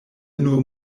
nur